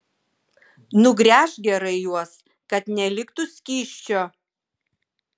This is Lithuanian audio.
nugręžk gerai juos kad neliktų skysčio